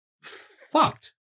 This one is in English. fucked